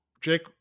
Jake